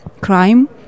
crime